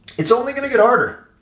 it's only gonna get harder.